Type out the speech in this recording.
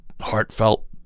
heartfelt